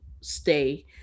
stay